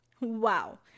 Wow